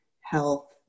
health